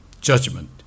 judgment